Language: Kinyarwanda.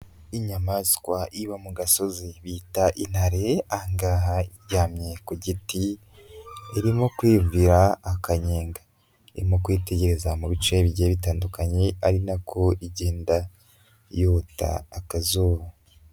Inyamaswa iba mu gasozi bita intare, aha ngaha iryamye ku giti irimo kwiyumvira akanyenga. Irimo kwitegereza mu bice bigiye bitandukanye ari na ko igenda yota akazuba.